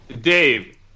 Dave